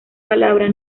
palabra